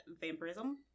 vampirism